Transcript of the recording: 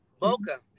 Boca